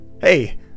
Hey